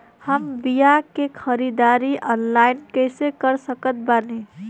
हम बीया के ख़रीदारी ऑनलाइन कैसे कर सकत बानी?